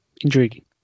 intriguing